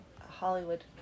Hollywood